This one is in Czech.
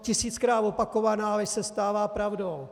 Tisíckrát opakovaná lež se stává pravdou.